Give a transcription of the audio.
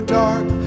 dark